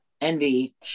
envy